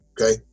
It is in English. Okay